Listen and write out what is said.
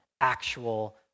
actual